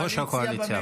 יושב-ראש הקואליציה,